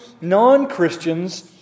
non-Christians